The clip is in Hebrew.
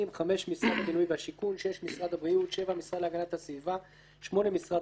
5. משרד הבינוי והשיכון 6. משרד הבריאות 7. המשרד להגנת הסביבה 8. משרד